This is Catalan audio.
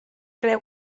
creu